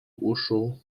uszu